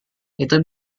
itu